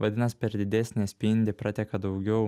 vadinas per didesnį spindį prateka daugiau